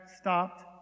stopped